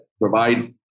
provide